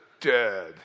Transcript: dead